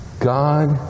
God